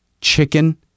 chicken